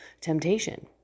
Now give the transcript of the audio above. temptation